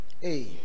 hey